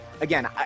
again